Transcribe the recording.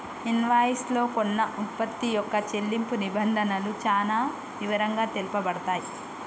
invoice లో కొన్న వుత్పత్తి యొక్క చెల్లింపు నిబంధనలు చానా వివరంగా తెలుపబడతయ్